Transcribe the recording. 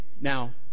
Now